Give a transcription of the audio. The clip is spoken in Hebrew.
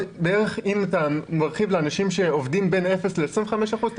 אם אתה מרחיב לאנשים שעובדים בין 0% 25% אתה